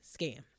Scam